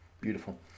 Beautiful